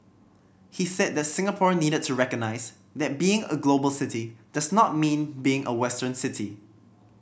he said that Singapore needed to recognise that being a global city does not mean being a Western city